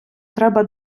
треба